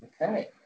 Okay